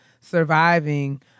surviving